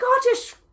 Scottish